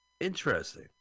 Interesting